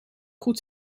goed